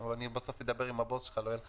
אבל אני בסוף אדבר עם הבוס שלך, לא יהיה לך